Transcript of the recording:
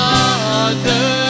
Father